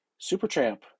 Supertramp